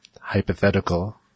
hypothetical